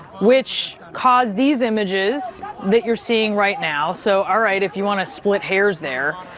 which caused these images that you're seeing right now. so, all right, if you want to split hairs there.